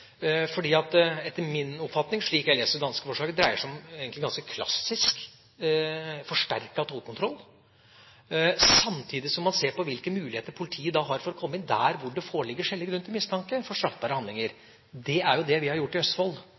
etter min oppfatning – slik jeg leser det danske forslaget – dreier det seg om en ganske klassisk forsterket tollkontroll, samtidig som man ser på hvilke muligheter politiet har til å komme inn der det foreligger skjellig grunn til mistanke om straffbare handlinger. Det er jo det vi har gjort i Østfold,